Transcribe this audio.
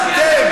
אתם